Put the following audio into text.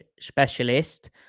specialist